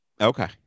Okay